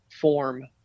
form